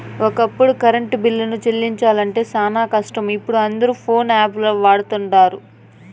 ఒకప్పుడు కరెంటు బిల్లులు సెల్లించడం శానా కష్టం, ఇపుడు అందరు పోన్పే యాపును వాడతండారు